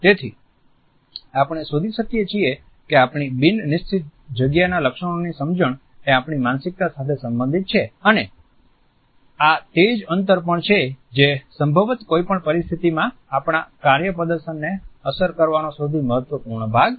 તેથી આપણે શોધી શકીએ છીએ કે આપણી બિન નિશ્ચિત જગ્યાના લક્ષણની સમજણ એ આપણી માનસિકતા સાથે સંબંધિત છે અને આ તે જ અંતર પણ છે જે સંભવત કોઈપણ પરિસ્થિતિમાં આપણા કાર્ય પ્રદર્શનને અસર કરવાનો સૌથી મહત્વપૂર્ણ ભાગ છે